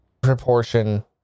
proportion